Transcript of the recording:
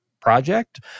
project